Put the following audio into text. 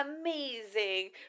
amazing